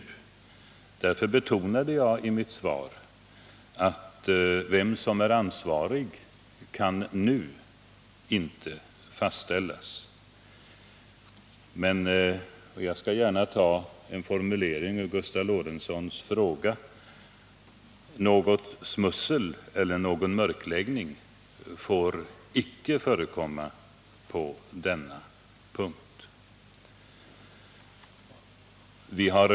Därför betonade jag i mitt svar att vem som är ansvarig inte nu kan fastställas. Men - jag skall gärna använda en formulering ur Gustav Lorentzons fråga — något smussel eller någon mörkläggning får icke förekomma på denna punkt.